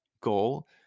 goal